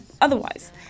otherwise